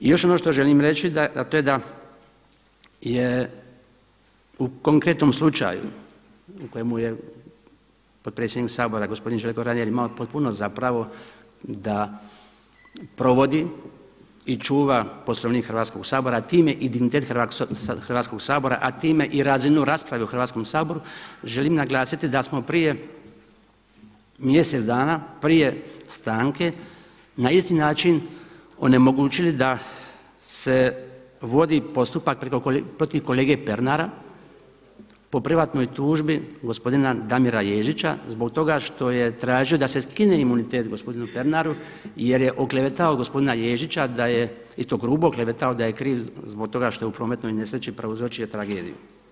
I još ono što želim reći a to je da je u konkretnom slučaju u kojemu je potpredsjednik Sabora gospodin Željko Reiner imao potpuno zapravo da provodi i čuva poslovnik Hrvatskog sabora time i dignitet Hrvatskog sabora a time i razinu rasprave u Hrvatskom saboru želim naglasiti da smo prije mjesec dana, prije stanke na isti način onemogućili da se vodi postupak protiv kolege Pernara po privatnoj tužbi gospodina Damira Ježića zbog toga što je tražio da se skine imunitet gospodinu Pernaru jer je oklevetao gospodina Ježića, i to grubo oklevetao da je kriv zbog toga što je u prometnoj nesreći prouzročio tragediju.